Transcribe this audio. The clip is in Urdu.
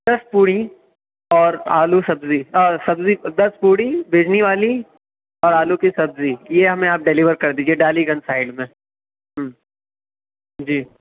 دس پوڑی اور آلو سبزی آ سبزی دس پوڑی ویجنی والی اور آلو کی سبزی یہ ہمیں آپ ڈلیور کر دیجیے ڈالی گنج سائڈ میں جی